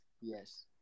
Yes